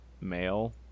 male